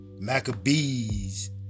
Maccabees